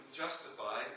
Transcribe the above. justify